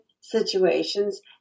situations